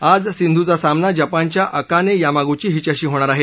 आज सिंधूचा सामना जपानच्या अकाने यामागुची हिच्याशी होणार आहे